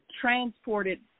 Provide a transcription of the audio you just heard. transported